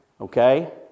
okay